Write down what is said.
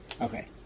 Okay